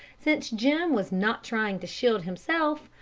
since jim was not trying to shield himself,